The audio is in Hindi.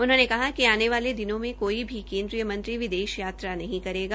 उन्होंने कहा कि आने वाले दिनों में कोई भी केन्द्रीय मंत्री विदेश यात्रा नहीं करेगा